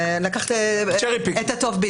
לקחת את הטוב מכל העולמות.